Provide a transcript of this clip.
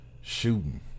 shooting